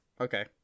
Okay